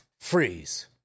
Freeze